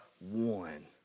one